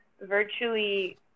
virtually